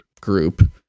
group